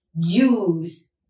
use